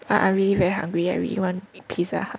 !wah! I really very hungry I really want to eat Pizza Hut